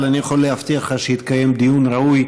אבל אני יכול להבטיח לך שיתקיים דיון ראוי